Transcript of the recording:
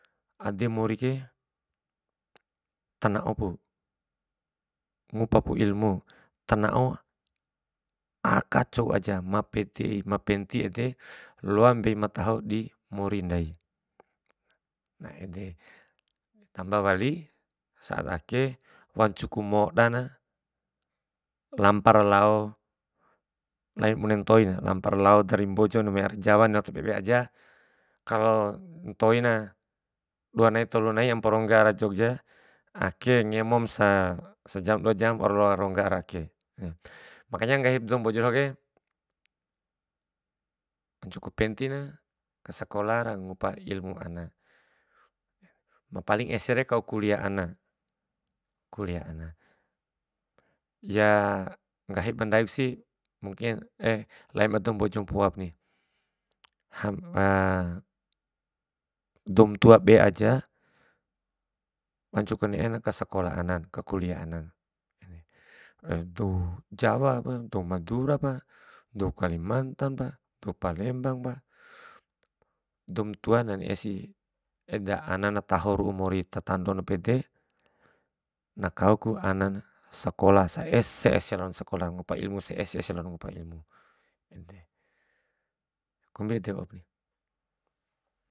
Ada mori ke, tana'o pu, ngupa pu ilmu, ta nao aka cuo aja ma penti, ma penti ede loa mbei ma taho di mori ndai, nah ede. Tamba wali saat ake wancuku moda na lampa ra loa, lain bune ntoin, lampa ra lao dari mbojo ne'e lao aka jawa ne'e lao tabe tabe aja kalo mantoina dua nai tolu nai ampo murongga ara jogja, ake ngemom se- sejam dua jam aja waura rongga ara ake makanya nggahib dou mbojo dohoke, wancuku pentina kasakola ra ngupa ilmu ana, ma paling ese re kau kulia ana, kulia ana. Ya nggahi ba ndaim si mungki lain ba dou mbojo poa pani, doum tua be aja wancu ku ne'e na kasalo anan, ka kulia anan dou jawa pa, dou madura pa, dou kalimantan pa, dou palembang pa. Doum tua na ne'e si eda anan na taho mori ta tando pede, na kau ku anan sekola sa'ese ese lalon sakolah ngupa ilmu, sampe sa'ese ese lalona ngupa ilmu, kombi ede waup.